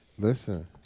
Listen